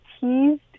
teased